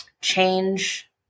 change